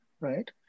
right